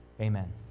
Amen